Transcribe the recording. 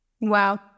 Wow